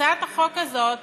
הצעת החוק הזאת